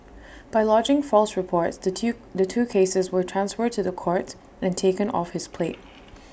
by lodging false reports the two the two cases were transferred to the courts and taken off his plate